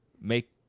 make